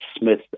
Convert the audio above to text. Smith